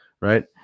right